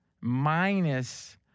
minus